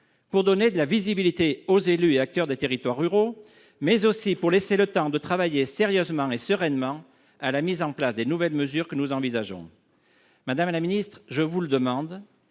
à donner de la visibilité aux élus et aux acteurs des territoires ruraux, mais aussi pour laisser le temps de travailler sérieusement et sereinement à la mise en place des nouvelles mesures que nous envisageons. Madame la secrétaire d'État,